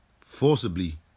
forcibly